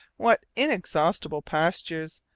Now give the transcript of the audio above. what inexhaustible pastures,